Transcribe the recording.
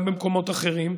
גם במקומות אחרים.